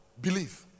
Believe